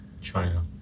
China